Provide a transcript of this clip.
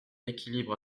équilibre